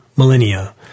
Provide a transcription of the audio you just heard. Millennia